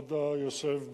כבוד היושב בראש,